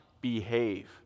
behave